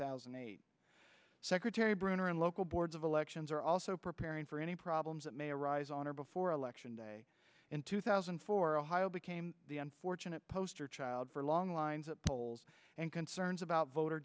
thousand and eight secretary brunner and local boards of elections are also preparing for any problems that may arise on or before election day in two thousand and four ohio became the unfortunate poster child for long lines at the polls and concerns about voter